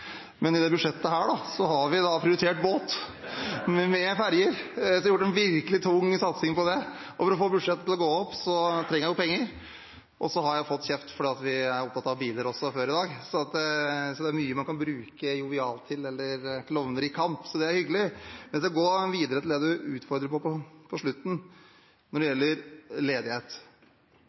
vi har gjort en virkelig tung satsing på det. For å få budsjettet til å gå opp trenger jeg jo penger, og før i dag har jeg fått kjeft for at vi er opptatt av biler også, så det er mye man kan bruke «Jovial» eller Klovner i Kamp til. Det er hyggelig. Jeg skal gå videre til det representanten til slutt utfordrer på når det gjelder ledighet.